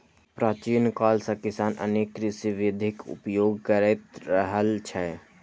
प्राचीन काल सं किसान अनेक कृषि विधिक उपयोग करैत रहल छै